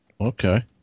Okay